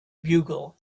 bugle